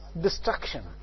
destruction